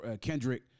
Kendrick